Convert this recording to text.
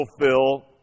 fulfill